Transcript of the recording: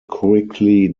quickly